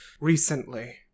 recently